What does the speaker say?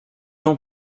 ans